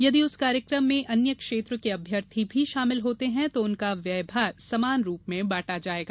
यदि उस कार्यक्रम में अन्य क्षेत्र के अभ्यर्थी भी सम्मिलित होते हैं तो उनका व्यय भार समान रूप में बांटा जायेगा